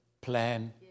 plan